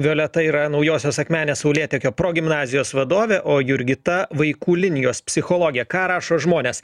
violeta yra naujosios akmenės saulėtekio progimnazijos vadovė o jurgita vaikų linijos psichologė ką rašo žmonės